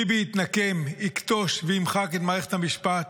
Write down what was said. ביבי יתנקם, יכתוש וימחק את מערכת המשפט,